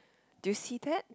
do you see that